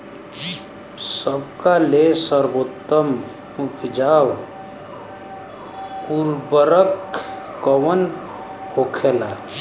सबका ले सर्वोत्तम उपजाऊ उर्वरक कवन होखेला?